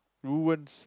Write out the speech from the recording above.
ruins